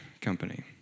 company